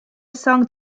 song